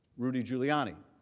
rudy giuliani.